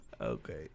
Okay